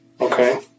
Okay